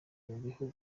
bihugu